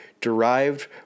derived